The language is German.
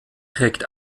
trägt